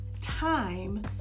time